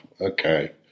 Okay